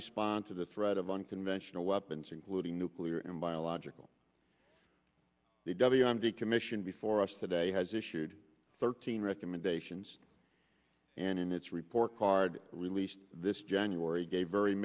respond to the threat of unconventional weapons including nuclear and biological w m d commission before us today has issued thirteen recommendations and in its report card released this january gave very